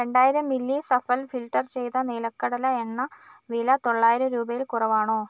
രണ്ടായിരം milli Safal filter ചെയ്ത നിലക്കടല എണ്ണ വില തൊള്ളായിരം രൂപയിൽ കുറവാണോ